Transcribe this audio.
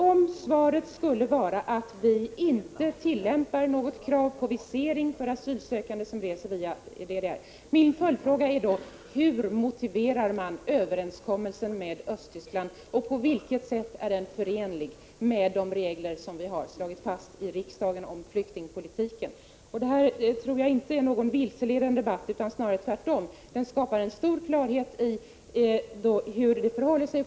Om svaret skulle vara att vi inte tillämpar något krav på visering för asylsökande som reser via DDR, är min följdfråga: Hur motiverar man överenskommelsen med Östtyskland och på vilket sätt är den förenlig med de regler som vi har slagit fast i riksdagen om flyktingpolitiken? Det här tror jag inte är någon vilseledande debatt utan snarare tvärtom. Den skapar klarhet om hur det förhåller sig.